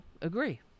agree